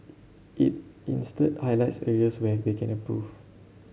it instead highlights areas where they can improve